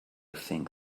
think